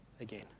again